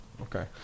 Okay